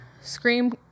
scream